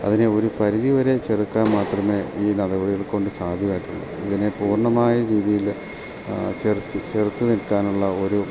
അതിനെ ഒരു പരിധി വരെ ചെറുക്കാൻ മാത്രമേ ഈ നടപടികൾ കൊണ്ട് സാധ്യമായിട്ട് ഉള്ളു ഇതിനെ പൂർണ്ണമായ രീതിയിൽ ചെറുത്ത് ചെറുത്ത് നിൽക്കാൻ ഉള്ള ഒരു